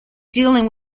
dealing